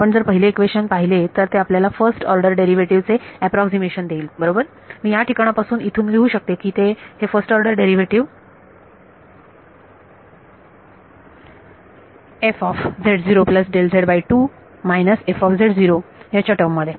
आपण जर पहिले इक्वेशन ला फक्त पाहिले तर ते आपल्याला फर्स्ट ऑर्डर डेरिवेटिव चे अॅप्रॉक्सीमेशन देईल बरोबर मी या ठिकाणापासून इथून लिहू शकते हे फर्स्ट ऑर्डर डेरिवेटिव याच्या टर्म मध्ये